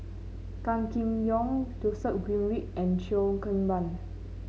Gan Kim Yong Joseph Grimberg and Cheo Kim Ban